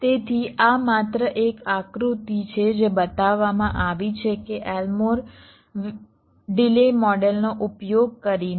તેથી આ માત્ર એક આકૃતિ છે જે બતાવવામાં આવી છે કે એલ્મોર ડિલે મોડેલનો ઉપયોગ કરીને